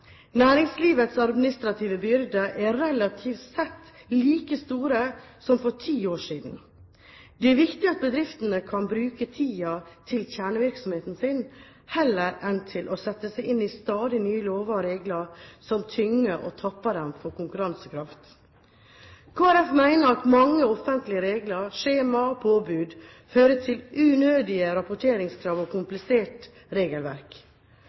Næringslivets administrative byrder er relativt sett like store som for ti år siden. Det er viktig at bedriftene kan bruke tiden til kjernevirksomheten sin, heller enn til å sette seg inn i stadig nye lover og regler som tynger og tapper dem for konkurransekraft. Kristelig Folkeparti mener at mange offentlige regler, skjemaer og påbud fører til unødige rapporteringskrav og komplisert regelverk.